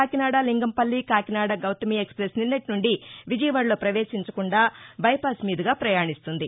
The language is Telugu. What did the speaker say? కాకినాడ లింగంపల్లి కాకినాడ గౌతమి ఎక్స్పెస్ నిన్నటీ నుండి విజయవాడలో ప్రపవేశించకుండా బైపాస్ మీదుగా ప్రయాణిస్తుంది